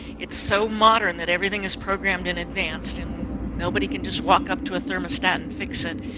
it's so modern that everything is programmed in advance, and nobody can just walk up to a thermostat and fix it.